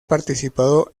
participado